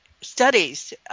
studies